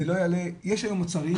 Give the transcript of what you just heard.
יש היום מוצרים